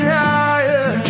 higher